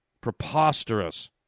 Preposterous